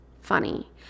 funny